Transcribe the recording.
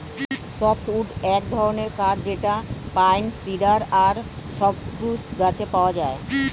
soft wood এক ধরনের কাঠ যেটা পাইন, সিডার আর সপ্রুস গাছে পাওয়া যায়